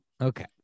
Okay